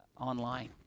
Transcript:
online